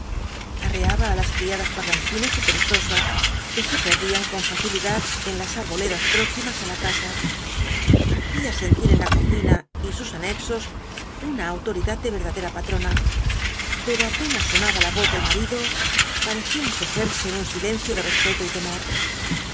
arreaba á las criadas parlanchínas y perezosas que se perdían con facilidad en las arboledas próximas á la casa hacía sentir en la cocina y sus anexos una autoridad de verdadera patrona pero apenas sonaba la voz del marido parecía encogerse en un silencio de respeto y temor